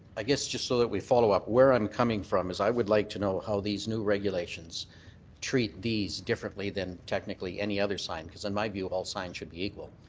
i guess just so that we follow up, where i'm coming from is i would like to know how these new regulations treat these differently than technically any other sign. because in my view, all signs should be equal.